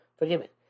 forgiven